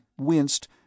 winced